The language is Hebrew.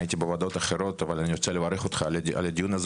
הייתי בוועדות אחרות אבל אני רוצה לברך אותך על הדיון הזה